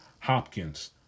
Hopkins